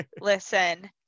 Listen